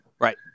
Right